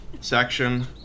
section